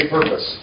Purpose